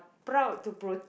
proud to pro~